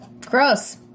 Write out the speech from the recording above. Gross